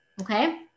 Okay